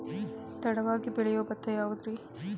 ತಡವಾಗಿ ಬೆಳಿಯೊ ಭತ್ತ ಯಾವುದ್ರೇ?